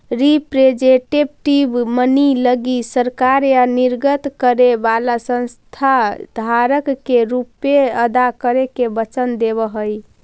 representative money लगी सरकार या निर्गत करे वाला संस्था धारक के रुपए अदा करे के वचन देवऽ हई